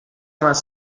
más